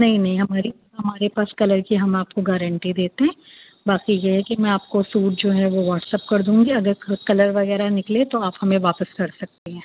نہیں نہیں ہماری ہمارے پاس کلر کی ہم آپ کو گارنٹی دیتے ہیں باقی یہ ہے کہ میں آپ کو سوٹ جو ہے وہ واٹسپ کر دوں گی اگر کلر وغیرہ نکلے تو آپ ہمیں واپس کر سکتی ہیں